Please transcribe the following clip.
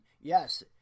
yes